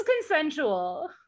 consensual